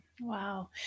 Wow